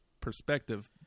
perspective